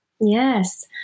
Yes